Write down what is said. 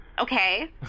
Okay